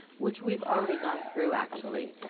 which we've already gone through, actually.